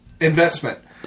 Investment